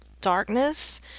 darkness